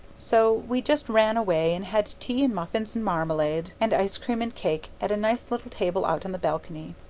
so we just ran away and had tea and muffins and marmalade and ice-cream and cake at a nice little table out on the balcony.